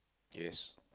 yes